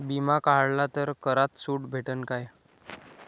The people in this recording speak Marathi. बिमा काढला तर करात सूट भेटन काय?